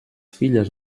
filles